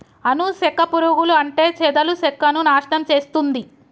అను సెక్క పురుగులు అంటే చెదలు సెక్కను నాశనం చేస్తుంది